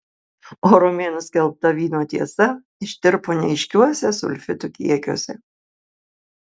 o romėnų skelbta vyno tiesa ištirpo neaiškiuose sulfitų kiekiuose